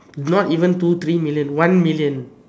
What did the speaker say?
not even two three million one million